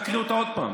ותקריא אותה עוד פעם.